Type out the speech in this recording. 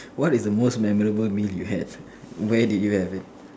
what is the most memorable meal you had where did you have it